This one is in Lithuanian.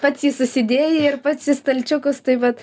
pats jį susidėjai ir pats į stalčiukus tai vat